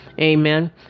Amen